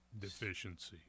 deficiency